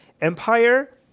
empire